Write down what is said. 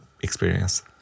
experience